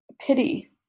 pity